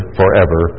forever